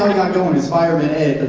got going is fireman ed,